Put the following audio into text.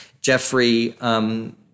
Jeffrey